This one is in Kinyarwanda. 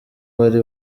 bari